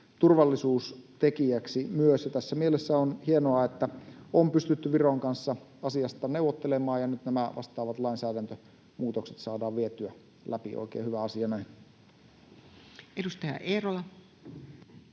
turvallisuustekijäksi. Tässä mielessä on hienoa, että on pystytty Viron kanssa asiasta neuvottelemaan ja nyt nämä vastaavat lainsäädäntömuutokset saadaan vietyä läpi. Oikein hyvä asia näin. [Speech